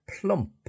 plump